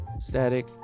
Static